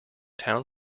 town